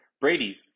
Brady